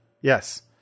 Yes